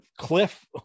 Cliff